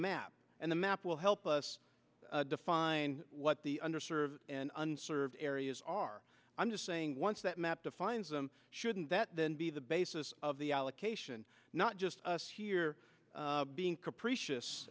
map and the map will help us define what the under served and unserved areas are i'm just saying once that map defines them shouldn't that then be the basis of the allocation not just us here being capricious